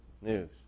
news